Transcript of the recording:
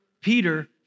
Peter